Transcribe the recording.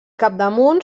capdamunt